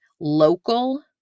local